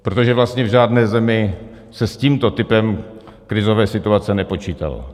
Protože vlastně v žádné zemi se s tímto typem krizové situace nepočítalo.